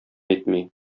итми